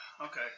okay